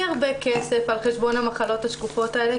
הרבה כסף על חשבון המחלות השקופות האלה,